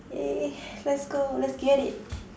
!yay! let's go let's get it